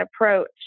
approach